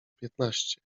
piętnaście